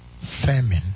famine